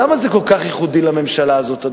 למה זה כל כך ייחודי לממשלה הזאת?